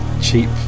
cheap